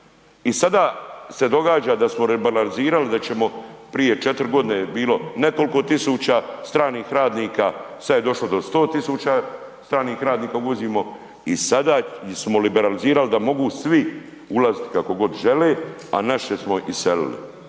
i sada se događa da smo rebalansirali, da ćemo, prije 4 godine je bilo, ne toliko tisuća stranih radnika, sad je došlo do 100 tisuća stranih radnika uvozimo i sada smo liberalizirali da mogu svi ulaziti kako god žele, a naše smo iselili.